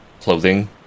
clothing